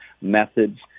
methods